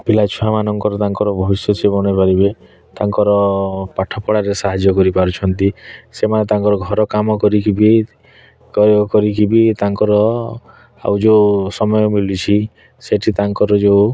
ପିଲାଛୁଆମାନଙ୍କର ତାଙ୍କର ଭବିଷ୍ୟ ସିଏ ବନେଇପାରିବେ ତାଙ୍କର ପାଠପଢ଼ାରେ ସାହାଯ୍ୟ କରିପାରୁଛନ୍ତି ସେମାନେ ତାଙ୍କର ଘରକାମ କରିକି ବି କରିକି ବି ତାଙ୍କର ଆଉ ଯେଉଁ ସମୟ ମିଲୁଛି ସେଠି ତାଙ୍କର ଯେଉଁ